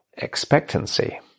expectancy